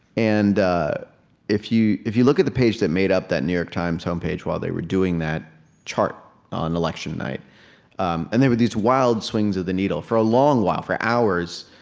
and if you if you look at the page that made up that new york times homepage while they were doing that chart on election night um and there were these wild swings of the needle for a long while. for hours,